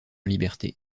liberté